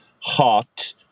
hot